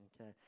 okay